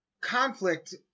conflict